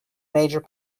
major